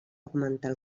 augmentar